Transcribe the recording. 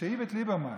כשאיווט ליברמן